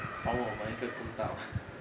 还我们一个公道